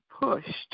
pushed